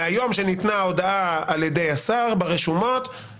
מהיום שניתנה הודעה על ידי השר ברשומות,